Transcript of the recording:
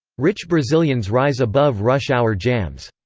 rich brazilians rise above rush-hour jams.